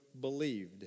believed